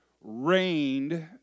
rained